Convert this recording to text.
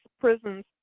prisons